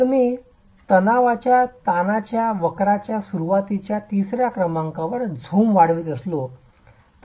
तर मी तणावाच्या ताणाच्या वक्रयाच्या सुरुवातीच्या तिसऱ्या क्रमांकावर झूम वाढवित असलो तर